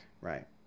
right